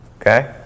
okay